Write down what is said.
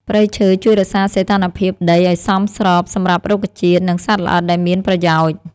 ព្រៃឈើជួយរក្សាសីតុណ្ហភាពដីឱ្យសមស្របសម្រាប់រុក្ខជាតិ និងសត្វល្អិតដែលមានប្រយោជន៍។